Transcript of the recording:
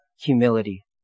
humility